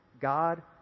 God